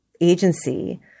agency